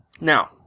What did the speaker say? Now